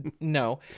No